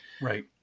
Right